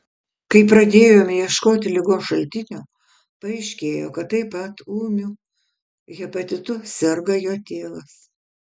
kai pradėjome ieškoti ligos šaltinio paaiškėjo kad taip pat ūmiu hepatitu serga jo tėvas